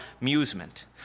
amusement